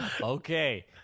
Okay